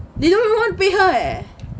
they don't even want to pay her eh